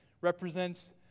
represents